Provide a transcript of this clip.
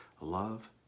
Love